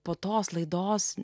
po tos laidos